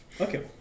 Okay